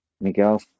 Miguel